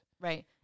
Right